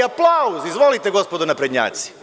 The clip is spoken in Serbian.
Aplauz, izvolite, gospodo naprednjaci.